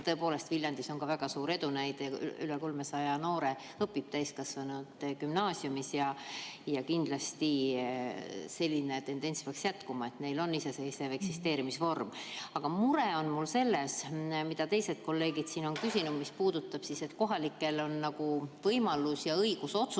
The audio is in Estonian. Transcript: tõepoolest on Viljandis väga suur edu näide, üle 300 noore õpib täiskasvanute gümnaasiumis. Kindlasti peaks selline tendents jätkuma, et on iseseisev eksisteerimisvorm. Aga mure on mul selles, mille kohta teisedki kolleegid siin on küsinud. See puudutab seda, et kohalikel on võimalus ja õigus otsustada,